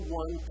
one